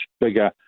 bigger